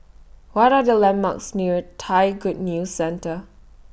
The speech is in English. What Are The landmarks near Thai Good News Centre